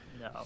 No